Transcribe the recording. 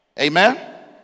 Amen